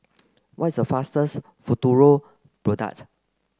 what is the fatest Futuro product